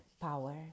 power